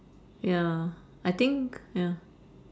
ya I think ya